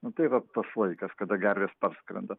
nu tai va tas laikas kada gervės parskrenda